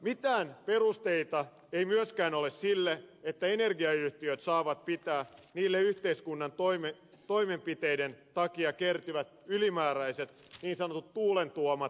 mitään perusteita ei myöskään ole sille että energiayhtiöt saavat pitää niille yhteiskunnan toimenpiteiden takia kertyvät ylimääräiset niin sanotut tuulen tuomat windfall voitot